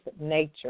nature